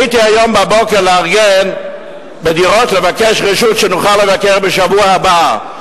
הייתי היום בבוקר בדירות לבקש רשות לבקר בשבוע הבא,